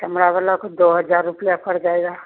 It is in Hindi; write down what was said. चमड़ावाला का दो हज़ार रुपया पड़ जाएगा